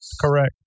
Correct